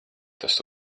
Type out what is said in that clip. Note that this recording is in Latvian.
tas